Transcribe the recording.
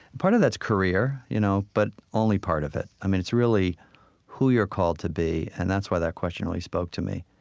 part of that's career, you know but only part of it. i mean, it's really who you are called to be, and that's why that question really spoke to me.